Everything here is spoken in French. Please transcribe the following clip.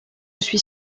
suis